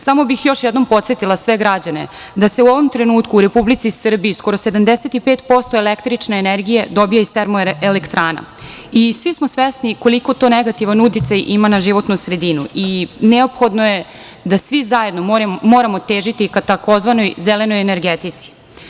Samo bih još jednom podsetila sve građane da se u ovom trenutku u Republici Srbiji, skoro 75% električne energije dobija iz termoelektrana i svi smo svesni koliko to negativan uticaj ima na životnu sredinu i neophodno je da svi zajedno moramo težiti ka tzv. zelenoj energetici.